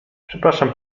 przepraszam